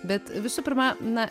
bet visų pirma na